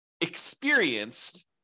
experienced